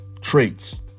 traits